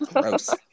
Gross